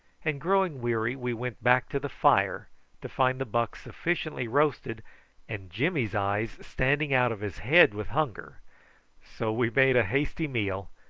and growing weary we went back to the fire to find the buck sufficiently roasted and jimmy's eyes standing out of his head with hunger so we made a hasty meal,